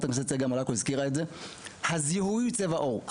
הכנסת מלקו הזכירה את פרשיות העבר ) הזיהוי הוא צבע עור.